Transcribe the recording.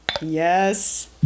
Yes